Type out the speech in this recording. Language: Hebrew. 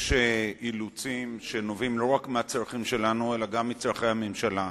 יש אילוצים שנובעים לא רק מהצרכים שלנו אלא גם מצורכי הממשלה.